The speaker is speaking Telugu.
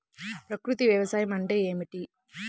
ప్రకృతి వ్యవసాయం అంటే ఏమిటి?